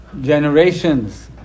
generations